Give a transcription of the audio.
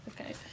Okay